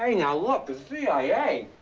i mean now, look. the cia!